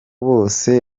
bose